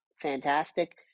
fantastic